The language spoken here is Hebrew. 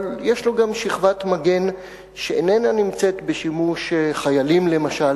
אבל יש לו גם שכבת מגן שאיננה נמצאת בשימוש חיילים למשל.